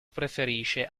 preferisce